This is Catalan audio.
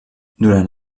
durant